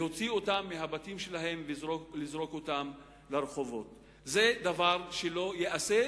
להוציא אותן מהבתים שלהן ולזרוק לרחובות זה דבר שלא ייעשה,